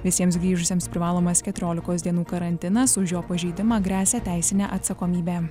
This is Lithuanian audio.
visiems grįžusiems privalomas keturiolikos dienų karantinas už jo pažeidimą gresia teisinė atsakomybė